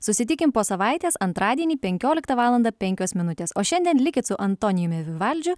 susitikim po savaitės antradienį penkioliktą valandą penkios minutės o šiandien likit su antonijumi vivaldžiu